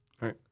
Right